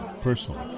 personally